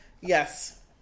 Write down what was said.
Yes